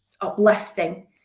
uplifting